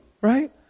right